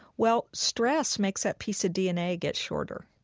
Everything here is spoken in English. well, stress makes that piece of dna get shorter.